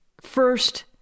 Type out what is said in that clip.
First